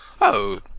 Oh